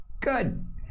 Good